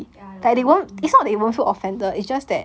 ya like orh mm